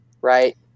right